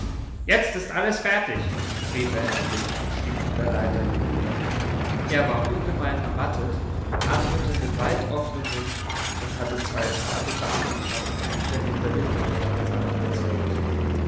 jetzt ist alles fertig rief er endlich und stieg von der leiter hinunter er war ungemein ermattet atmete mit weit offenem mund und hatte zwei zarte damentaschentücher hinter den uniformkragen gezwängt